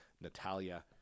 Natalia